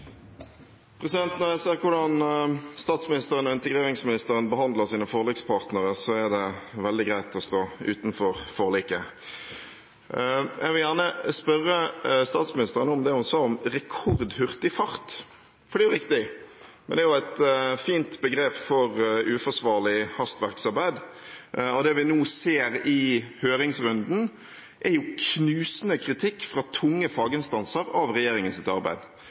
Når jeg ser hvordan statsministeren og integreringsministeren behandler sine forlikspartnere, er det veldig greit å stå utenfor forliket. Jeg vil gjerne spørre statsministeren om det hun sa om «rekordhurtig fart», for det er riktig, men det er også et fint begrep for uforsvarlig hastverksarbeid. Det vi nå ser i høringsrunden, er knusende kritikk – fra tunge faginstanser – av regjeringens arbeid.